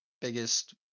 biggest